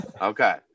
Okay